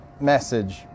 message